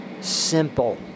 simple